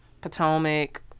Potomac